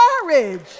courage